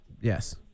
Yes